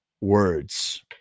words